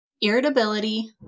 Irritability